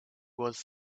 was